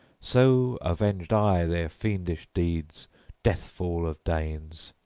so avenged i their fiendish deeds death-fall of danes,